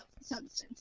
substance